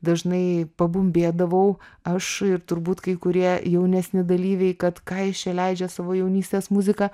dažnai pabumbėdavau aš ir turbūt kai kurie jaunesni dalyviai kad ką jis čia leidžia savo jaunystės muziką